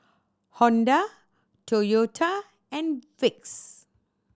Honda Toyota and Vicks